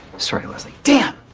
sorry, leslie. damn.